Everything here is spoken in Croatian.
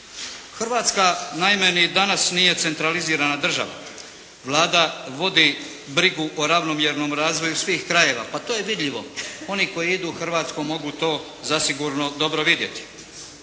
Hrvatska naime ni danas nije centralizirana država. Vlada vodi brigu o ravnomjernom razvoju svih krajeva. Pa to je vidljivo. Oni koji idu Hrvatskom mogu to zasigurno dobro vidjeti.